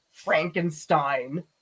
Frankenstein